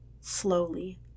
Slowly